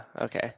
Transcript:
okay